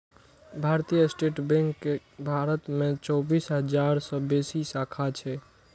भारतीय state bank केर भारत मे चौबीस हजार सं बेसी शाखा छै